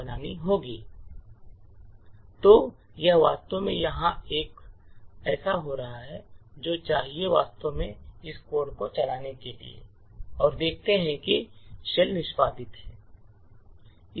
तो यह वास्तव में यहाँ पर हो रहा है तो चलिए वास्तव में इस कोड को चलाते हैं और देखते हैं कि शेल निष्पादित है